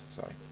sorry